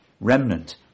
remnant